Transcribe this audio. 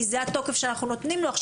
כי זה התוקף שאנחנו נותנים לו.